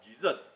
Jesus